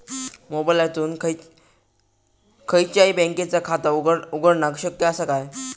मोबाईलातसून खयच्याई बँकेचा खाता उघडणा शक्य असा काय?